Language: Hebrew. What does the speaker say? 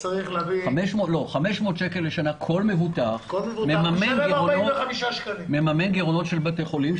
ב-500 שקל לשנה כל מבוטח מממן גירעונות של בתי חולים.